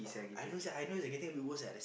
I know sia I know it's like getting worse like that